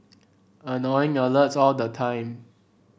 annoying alerts all the time